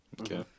Okay